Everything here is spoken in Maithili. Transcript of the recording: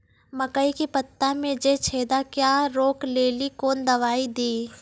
मकई के पता मे जे छेदा क्या रोक ले ली कौन दवाई दी?